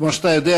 כמו שאתה יודע,